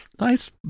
Nice